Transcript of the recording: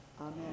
Amen